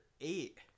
eight